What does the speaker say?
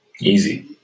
Easy